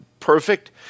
Perfect